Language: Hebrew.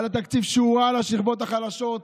על תקציב שהוא רע לשכבות החלשות,